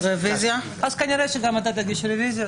אז כנראה שגם אתה תגיש רביזיה.